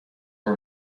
for